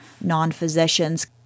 non-physicians